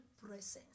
presence